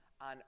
on